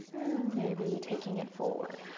maybe taking it forward.